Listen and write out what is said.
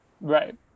right